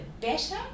better